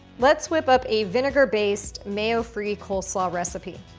let's whip up a vinegar-based, mayo-free coleslaw recipe.